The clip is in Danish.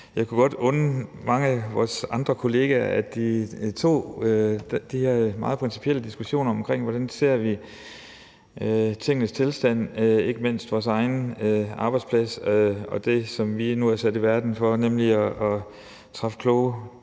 Jeg kunne godt unde mange af vores andre kolleger, at de tog de her meget principielle diskussioner om, hvordan vi ser tingenes tilstand, ikke mindst vores egen arbejdsplads, og det, som vi nu er sat i verden for, nemlig at træffe kloge,